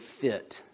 fit